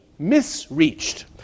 Misreached